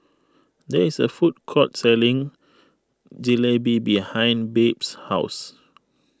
there is a food court selling Jalebi behind Babe's house